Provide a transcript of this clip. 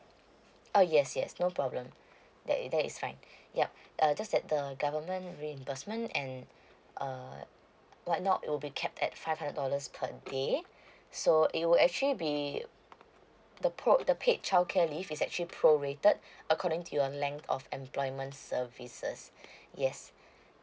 uh yes yes no problem that that is fine yup uh just that the government reimbursement and uh what not will be capped at five hundred dollars per day so it will actually be the po~ the paid childcare leave is actually prorated according to your length of employment services yes